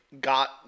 got